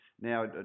Now